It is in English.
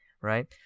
right